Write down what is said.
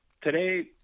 today